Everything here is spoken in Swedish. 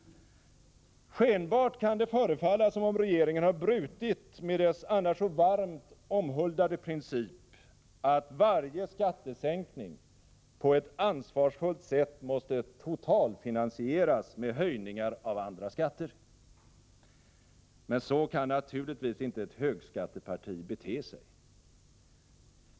Skenbart kan det förefalla som om regeringen har brutit med sin annars så varmt omhuldade princip att varje skattesänkning på ett ansvarsfullt sätt måste totalfinansieras med höjningar av andra skatter. Men så kan naturligtvis inte ett högskatteparti bete sig.